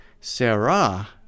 Sarah